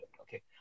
okay